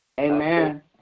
Amen